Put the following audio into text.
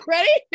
Ready